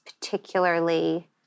particularly